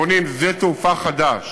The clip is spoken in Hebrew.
בונים שדה תעופה חדש